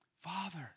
Father